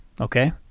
okay